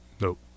Nope